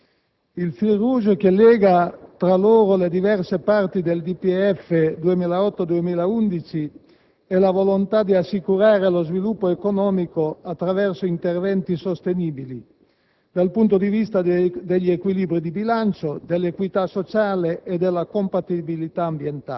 il *fil rouge* che lega tra loro le diverse parti del DPEF 2008-2011 è la volontà di assicurare lo sviluppo economico attraverso interventi sostenibili: